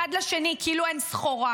מאחד לשני כאילו הן סחורה,